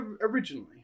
originally